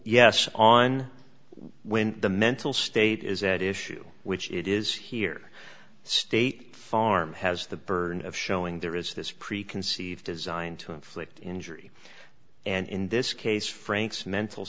yes on when the mental state is at issue which it is here state farm has the burden of showing there is this preconceived design to inflict injury and in this case frank's mental